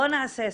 בואו נעשה סדר.